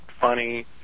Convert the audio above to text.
Funny